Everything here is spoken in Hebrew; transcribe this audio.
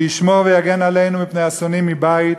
שישמור ויגן עלינו מפני השונאים מבית,